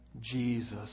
Jesus